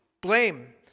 Blame